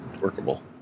workable